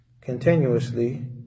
continuously